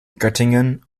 göttingen